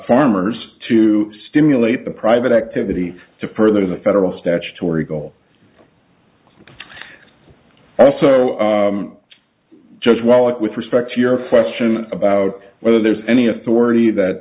farmers to stimulate the private activity to further the federal statutory goal also judge well it with respect to your question about whether there's any authority that